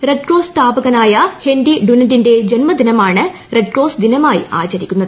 red Cross സ്ഥാപകനായ Henry ഡുനന്റിന്റെ ജന്മദിനമാണ് റെഡ് ക്രോസ് ദിനമായി ആചരിക്കുന്നത്